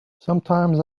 sometimes